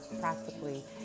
practically